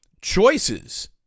choices